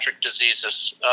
diseases